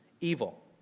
evil